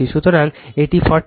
সুতরাং এটি 40